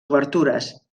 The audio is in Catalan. obertures